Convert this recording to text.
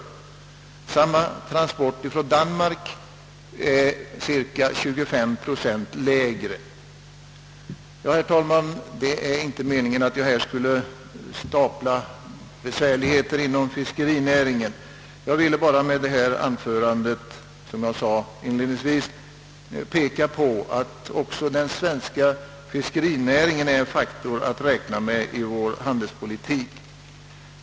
Motsvarande transport från Danmark är cirka 25 procent billigare. Herr talman! Det är inte min mening att här räkna upp alla svårigheter som fiskerinäringen har att kämpa med. Jag har med detta anförande, såsom jag inledningsvis sade, velat peka på att också den svenska fiskerinäringen är en faktor att räkna med i vår handelspolitik.